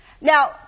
Now